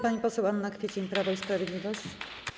Pani poseł Anna Kwiecień, Prawo i Sprawiedliwość.